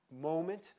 moment